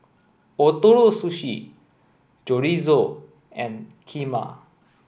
Ootoro Sushi Chorizo and Kheema